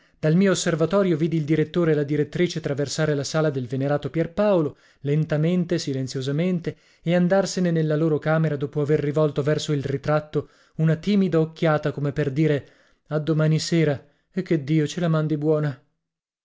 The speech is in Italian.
dal mio osservatorio vidi il direttore e la direttrice traversare la sala del venerato pierpaolo lentamente silenziosamente e andarsene nella loro camera dopo aver rivolto verso il ritratto una timida occhiata come per dire a domani sera e che dio ce la mandi buona